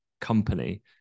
company